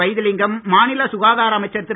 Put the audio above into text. வைத்திலிங்கம் மாநில சுகாதார அமைச்சர் திரு